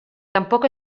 tampoc